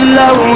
low